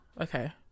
okay